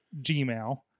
gmail